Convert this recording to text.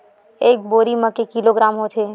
एक बोरी म के किलोग्राम होथे?